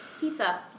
Pizza